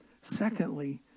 Secondly